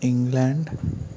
England